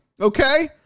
Okay